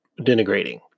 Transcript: denigrating